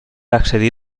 accedir